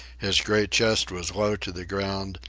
his great chest was low to the ground,